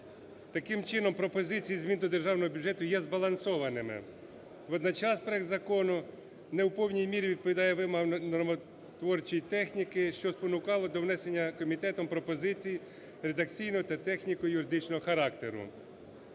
Таким чином пропозиції змін до державного бюджету є збалансованими. Водночас проект закону не в повній мірі відповідає вимогам нормотворчої техніки, що спонукало до внесення комітетом пропозицій редакційного та техніко-юридичного характеру.